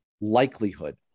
likelihood